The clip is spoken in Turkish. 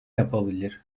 yapabilir